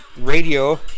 Radio